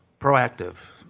proactive